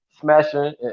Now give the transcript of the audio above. smashing